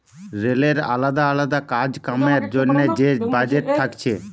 রেলের আলদা আলদা কাজ কামের জন্যে যে বাজেট থাকছে